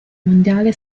mondiale